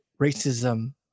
racism